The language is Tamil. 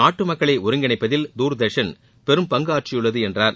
நாட்டு மக்களை ஒருங்கிணைப்பதில் தூர்தர்ஷன் பெரும்பங்கு ஆற்றியுள்ளது என்றார்